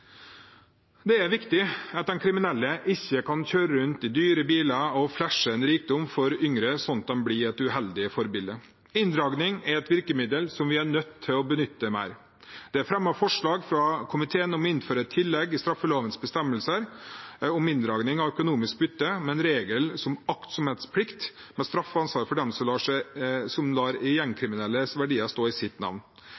Det er viktig at de kriminelle ikke kan kjøre rundt i dyre biler og «flashe» en rikdom for yngre, slik at de blir et uheldig forbilde. Inndragning er et virkemiddel som vi er nødt til å benytte mer. Det er fremmet forslag fra komiteen om å innføre et tillegg i straffelovens bestemmelser om inndragning av økonomisk utbytte, med en regel om aktsomhetsplikt med straffeansvar for dem som lar